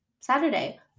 Saturday